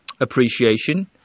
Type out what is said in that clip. appreciation